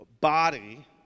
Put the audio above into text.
body